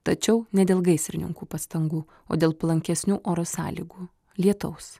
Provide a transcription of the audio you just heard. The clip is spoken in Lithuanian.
tačiau ne dėl gaisrininkų pastangų o dėl palankesnių oro sąlygų lietaus